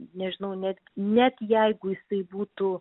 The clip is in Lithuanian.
nežinau net net jeigu jisai būtų